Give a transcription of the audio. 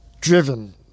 driven